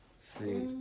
See